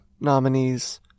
nominees